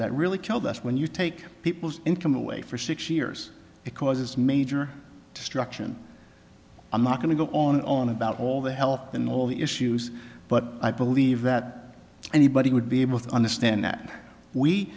that really killed us when you take people's income away for six years it causes major destruction i'm not going to go on and on about all the help and all the issues but i believe that anybody would be able to understand that we